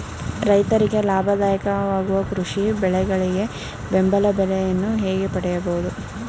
ರೈತರಿಗೆ ಲಾಭದಾಯಕ ವಾಗುವ ಕೃಷಿ ಬೆಳೆಗಳಿಗೆ ಬೆಂಬಲ ಬೆಲೆಯನ್ನು ಹೇಗೆ ಪಡೆಯಬಹುದು?